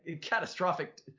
catastrophic